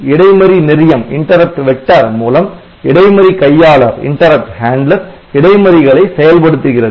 இடைமறி நெறியம் மூலம் இடைமறி கையாளர் இடைமறிகளை செயல்படுத்துகிறது